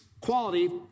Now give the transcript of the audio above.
quality